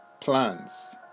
plans